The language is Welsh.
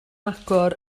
agor